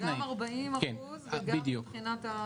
גם 40% וגם מבחינת ה- -- כן.